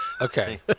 Okay